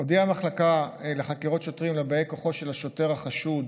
הודיעה המחלקה לחקירות שוטרים לבאי כוחו של השוטר החשוד